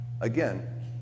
Again